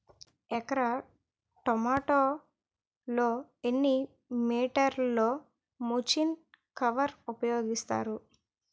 ఎకర టొమాటో లో ఎన్ని మీటర్ లో ముచ్లిన్ కవర్ ఉపయోగిస్తారు?